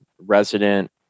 resident